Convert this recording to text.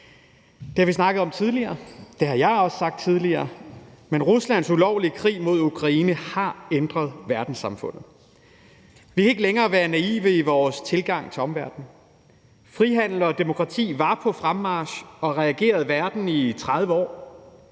det har jeg også sagt tidligere, men Ruslands ulovlige krig mod Ukraine har ændret verdenssamfundet. Vi kan ikke længere være naive i vores tilgang til omverdenen. Frihandel og demokrati var på fremmarch og regerede verden i 30 år.